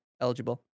Eligible